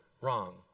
wrong